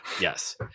Yes